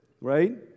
right